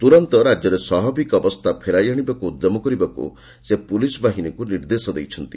ତୁରନ୍ତ ରାଜ୍ୟରେ ସ୍ୱାଭାବିକ ଅବସ୍ଥା ଫେରାଇ ଆଣିବାକୁ ଉଦ୍ୟମ କରିବାକୁ ସେ ପୁଲିସ୍ ବାହିନୀକୁ ନିର୍ଦ୍ଦେଶ ଦେଇଛନ୍ତି